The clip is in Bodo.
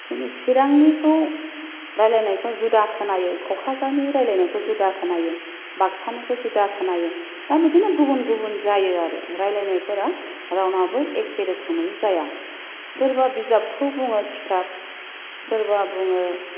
दिनै चिरांनिखौ रायलाइनायखौ जुदा खोनायो क'क्राझारनि रायलाइनायखौ जुदा खोनायो बाक्सानिखौ जुदा खोनायो दा बिदिनो गुबुन गुबुन जायो आरो रायलाइनायफोरा रावनाबो एके रोखोमै जाया सोरबा बिजाबखौ बुङो किटाब सोरबा बुङो